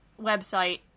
website